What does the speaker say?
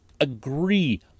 agree